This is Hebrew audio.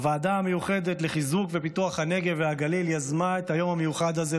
הוועדה המיוחדת לחיזוק ופיתוח הנגב והגליל יזמה את היום המיוחד הזה,